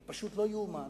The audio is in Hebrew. זה פשוט לא יאומן